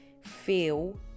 feel